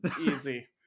Easy